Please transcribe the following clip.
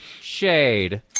Shade